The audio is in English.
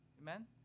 Amen